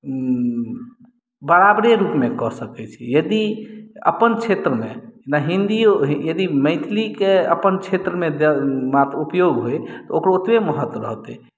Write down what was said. बराबरे रूपमे कऽ सकै छी यदि अपन क्षेत्रमे ने हिंदीए यदि मैथिलीके अपन क्षेत्रमे मात्र उपयोग होइ ओकर ओतबे महत्व रहतै